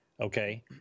Okay